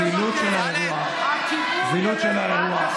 זילות של האירוע, הציבור לא יוותר.